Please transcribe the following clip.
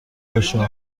باشه